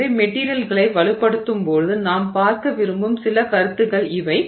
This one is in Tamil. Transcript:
எனவே மெட்டிரியல்களை வலுப்படுத்தும் போது நாம் பார்க்க விரும்பும் சில கருத்துக்கள் இவை